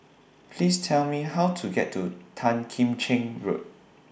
Please Tell Me How to get to Tan Kim Cheng Road